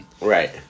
Right